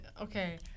okay